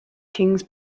kings